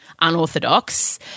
Unorthodox